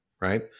right